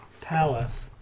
Palace